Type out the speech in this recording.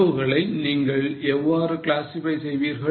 செலவுகளை நீங்கள் எவ்வாறு classify செய்வீர்கள்